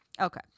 Okay